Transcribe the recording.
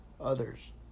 others